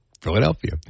Philadelphia